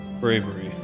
bravery